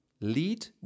lead